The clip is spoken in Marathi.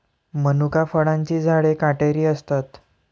मनुका फळांची झाडे काटेरी असतात